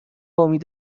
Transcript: امید